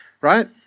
right